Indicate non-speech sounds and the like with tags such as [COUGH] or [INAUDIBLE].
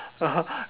[LAUGHS]